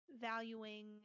valuing